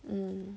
mm